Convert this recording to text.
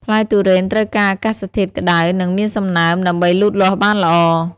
ផ្លែទុរេនត្រូវការអាកាសធាតុក្តៅនិងមានសំណើមដើម្បីលូតលាស់បានល្អ។